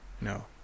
No